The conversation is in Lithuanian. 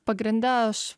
pagrinde aš